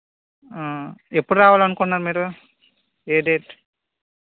ఎప్పుడు రావాలనుకుంటున్నారు మీరు ఏ డేట్